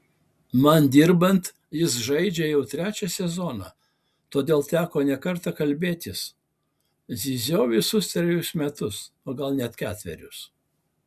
man dirbant jis žaidžia jau trečią sezoną todėl teko ne kartą kalbėtis zyziau visus trejus metus